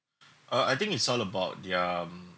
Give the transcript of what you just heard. uh I think it's all about the um